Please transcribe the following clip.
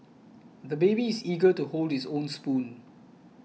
the baby is eager to hold his own spoon